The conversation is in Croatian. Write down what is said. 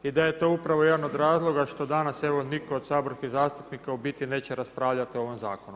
I da je to upravo jedan od razloga što danas evo nitko od saborskih zastupnika u biti neće raspravljati o ovom zakonu.